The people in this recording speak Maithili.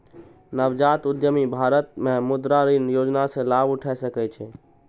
नवजात उद्यमी भारत मे मुद्रा ऋण योजना सं लाभ उठा सकै छै